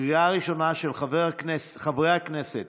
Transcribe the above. לקריאה ראשונה, של חברי הכנסת